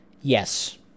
Yes